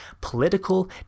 political